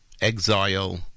exile